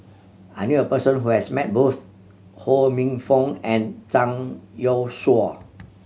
I knew a person who has met both Ho Minfong and Zhang Youshuo